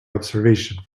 observation